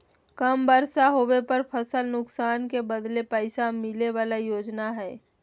कम बर्षा होबे पर फसल नुकसान के बदले पैसा मिले बला योजना हइ